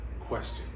question